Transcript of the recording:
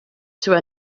through